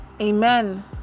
Amen